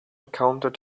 counted